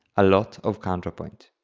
a lot of counterpoint